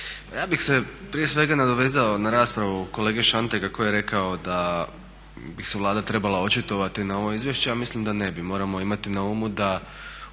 Ja bih se prije svega nadovezao na raspravu kolege Šanteka koji je rekao da bi se Vlada trebala očitovati na ovo izvješće. Ja mislim da ne bi. Moramo imati na umu da